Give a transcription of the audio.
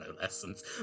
lessons